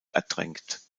ertränkt